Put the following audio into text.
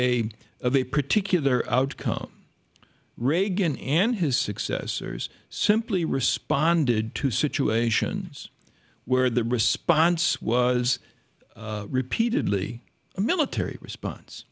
a of a particular outcome reagan and his successors simply responded to situations where the response was repeatedly a military response